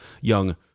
young